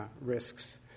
risks